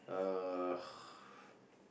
uh